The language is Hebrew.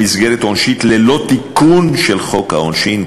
מסגרת עונשית ללא תיקון של חוק העונשין,